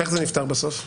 איך זה נפתר בסוף?